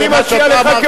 אז אני מציע לך,